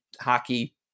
hockey